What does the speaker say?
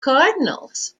cardinals